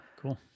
cool